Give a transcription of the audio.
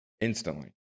instantly